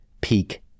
Peak